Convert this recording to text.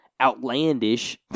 outlandish